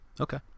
Okay